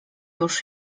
już